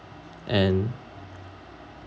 and